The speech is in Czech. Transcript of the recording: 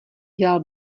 dělal